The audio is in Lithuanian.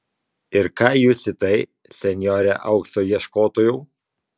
ir ką jūs į tai senjore aukso ieškotojau